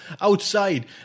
outside